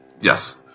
Yes